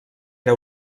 era